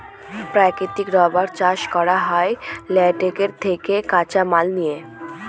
প্রাকৃতিক রাবার চাষ করা হয় ল্যাটেক্স থেকে কাঁচামাল নিয়ে